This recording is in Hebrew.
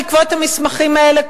בעקבות המסמכים האלה,